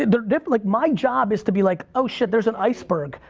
they're different. like my job is to be like, oh shit there's an iceberg.